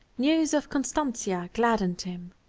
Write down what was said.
news of constantia gladdened him,